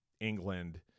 England